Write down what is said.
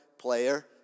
player